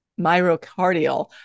myocardial